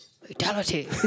Fatality